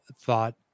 thought